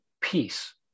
peace